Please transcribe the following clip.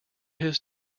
his